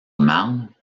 marne